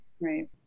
Right